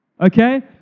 Okay